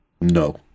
No